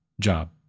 job